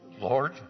Lord